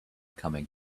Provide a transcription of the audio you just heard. coming